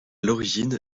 l’origine